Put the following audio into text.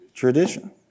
Tradition